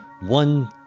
one